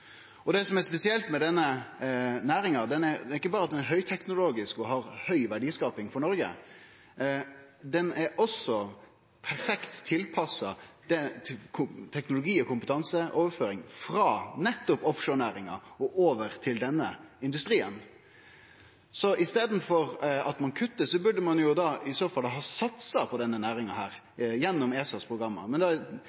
er ikkje berre at ho er høgteknologisk og har ei høg verdiskaping for Noreg, ho er også perfekt tilpassa til teknologi- og kompetanseoverføring frå nettopp offshore-næringa og over til denne industrien. Så i staden for at ein kuttar, burde ein i så fall ha satsa på denne næringa,